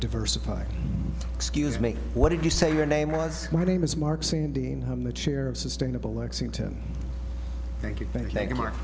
diversify excuse me what did you say your name was my name is mark seen dean i'm the chair of sustainable lexington thank you thank you mark